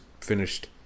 finished